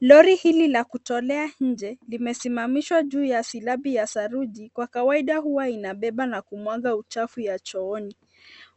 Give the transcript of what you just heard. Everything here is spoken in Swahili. Lori hili la kutolea nje limesimamishwa juu ya silabi ya saruji kwa kawaida huwa inabeba na kumwaga uchafu ya chooni